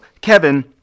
kevin